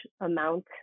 amount